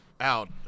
out